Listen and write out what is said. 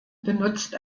benutzt